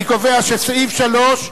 אני קובע שסעיף 3,